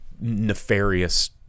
nefarious